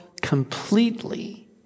completely